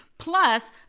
plus